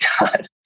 god